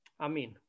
Amen